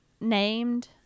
named